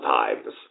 times